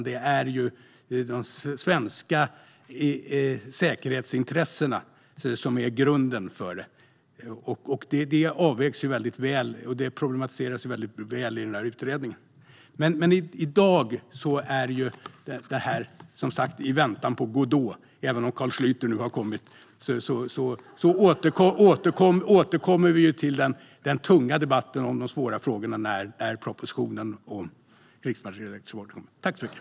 Det är de svenska säkerhetsintressena som är grunden. Det problematiseras väl i utredningen. I dag är det här som sagt lite som i väntan på Godot, även om Carl Schlyter nu har kommit. Vi kommer att återkomma till den tunga debatten om de svåra frågorna när propositionen om krigsmaterielexporten kommit.